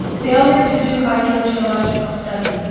failure to do hydrogeological study.